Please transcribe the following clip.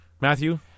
matthew